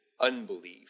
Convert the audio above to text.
unbelief